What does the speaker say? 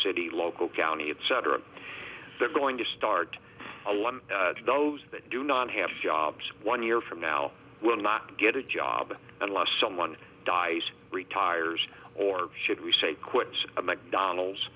city local county etc they're going to start allowing those that do not have jobs one year from now will not get a job unless someone dies retires or should we say quits a mcdonald